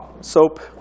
soap